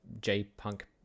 J-Punk